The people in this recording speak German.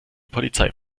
polizei